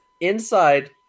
inside